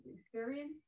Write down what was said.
experience